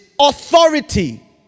authority